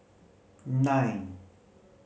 nine